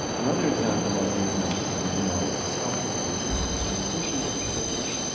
another example i give and and then i'll stop hopefully we can have a conversation if you so wish,